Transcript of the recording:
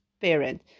parent